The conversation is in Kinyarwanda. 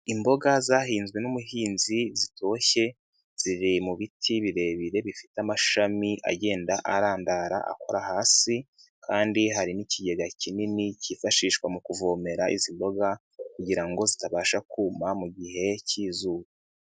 Imboga zahinzwe n'umuhinzi zitoshye, ziri mu biti birebire bifite amashami agenda arandara, akora hasi kandi hari n'ikigega kinini kifashishwa mu kuvomera izi mboga kugira ngo zitabasha kuma mu gihe cy'izuba.